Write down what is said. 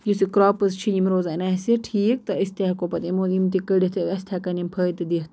یُس یہِ کرٛاپٕس چھِ یِم روزَن اَسہِ ٹھیٖک تہٕ أسۍ تہِ ہٮ۪کو پَتہٕ یِمو یِم تہِ کٔڈِتھ اَسہِ تہِ ہٮ۪کان یِم فٲیدٕ دِتھ